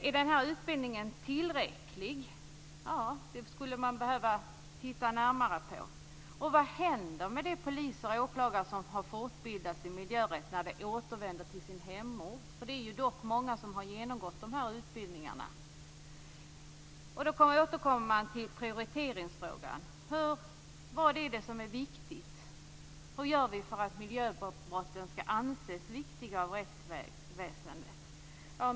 Är den här utbildningen tillräcklig? Det skulle man behöva titta närmare på. Vad händer med de poliser och åklagare som har fortbildat sig i miljörätt när de återvänder till sin hemort? Det är dock många som har genomgått de här utbildningarna. Då återkommer vi till prioriteringsfrågan. Vad är det som är viktigt? Vad gör vi för att miljöbrotten skall anses viktiga av rättsväsendet?